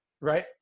Right